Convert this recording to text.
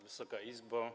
Wysoka Izbo!